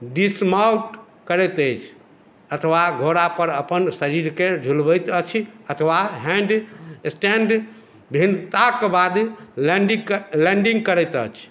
dismount करैत अछि अथवा घोड़ापर अपन शरीरकेँ झुलबैत अछि अथवा हैंडस्टैंड भिन्नताक बाद लैंडिंग करैत अछि